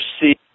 see